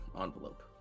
envelope